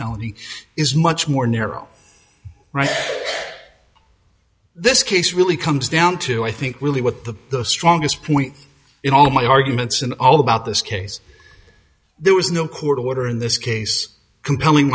felony is much more narrow this case really comes down to i think really what the the strongest point in all my arguments in all about this case there was no court order in this case compelling